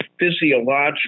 physiological